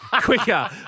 quicker